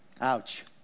Ouch